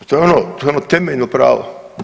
To je ono, to je ono temeljno pravo.